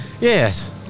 Yes